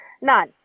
None